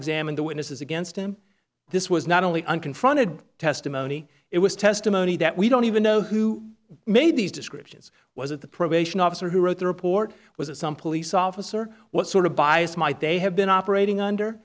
examine the witnesses against him this was not only unconfronted testimony it was testimony that we don't even know who made these descriptions was it the probation officer who wrote the report was it some police officer what sort of bias might they have been operating